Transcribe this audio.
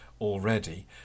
already